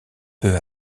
peu